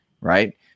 right